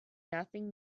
nothing